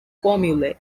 formulae